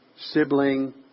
sibling